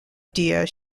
deer